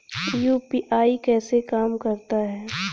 UPI कैसे काम करता है?